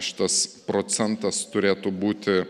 šitas procentas turėtų būti